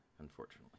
Unfortunately